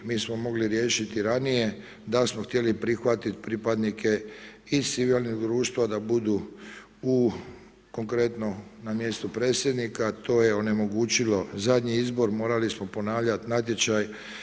Mi smo mogli riješit i ranije da smo htjeli prihvatiti pripadnike i civilnih društva da budu u konkretno na mjestu predsjednika, to je onemogućilo zadnje izbor, morali smo ponavljat natječaj.